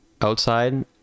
outside